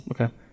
Okay